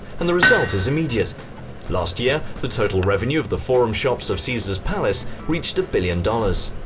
and the result is immediate last year, the total revenue of the forum shops of caesars palace reached a billion dollars,